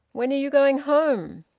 when are you going home?